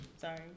Sorry